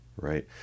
Right